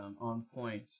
on-point